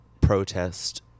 protest